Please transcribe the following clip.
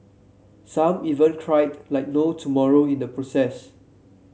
some even cried like no tomorrow in the process